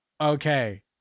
Okay